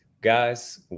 guys